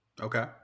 Okay